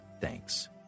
thanks